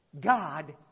God